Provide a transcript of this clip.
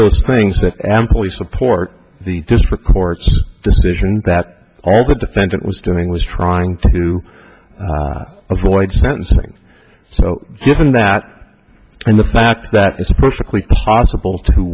those things that employees support the district court's decisions that all the defendant was doing was trying to avoid sentencing so given that and the fact that it's perfectly possible to